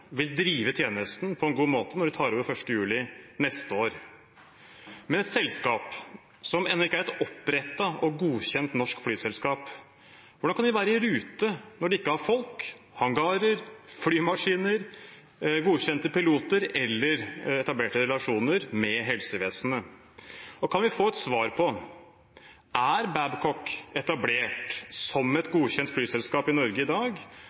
vil drive tjenesten på en god måte når de tar over 1. juli neste år. Men et selskap som ennå ikke er et opprettet og godkjent norsk flyselskap, hvordan kan de være i rute når de ikke har folk, hangarer, flymaskiner, godkjente piloter eller etablerte relasjoner med helsevesenet? Kan vi få et svar på om Babcock er etablert som et godkjent flyselskap i Norge i dag?